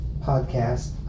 podcast